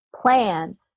plan